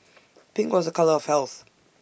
pink was A colour of health